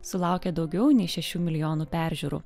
sulaukė daugiau nei šešių milijonų peržiūrų